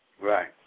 Right